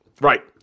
right